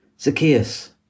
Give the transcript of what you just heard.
Zacchaeus